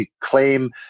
claim